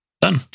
Done